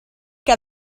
che